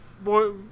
Boy